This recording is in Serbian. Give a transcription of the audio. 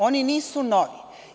Oni nisu novi.